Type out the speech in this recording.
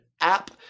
app